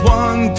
one